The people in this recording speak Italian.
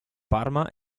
parma